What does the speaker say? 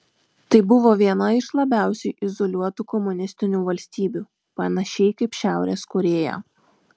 tai buvo viena iš labiausiai izoliuotų komunistinių valstybių panašiai kaip šiaurės korėja